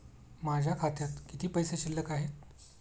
माझ्या खात्यात किती पैसे शिल्लक आहेत?